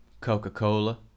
coca-cola